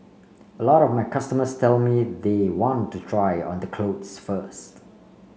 a lot of my customers tell me they want to try on the clothes first